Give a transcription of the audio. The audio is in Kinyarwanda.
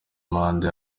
manda